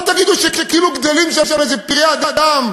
אז אל תגידו שכאילו גדלים שם איזה פראי אדם,